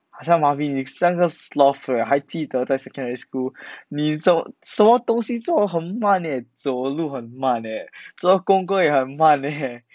好像 marvin 你像个 sloth leh 还记得在 secondary school 你做什么东西做很慢 leh 走路很慢 leh 做功课也很慢 leh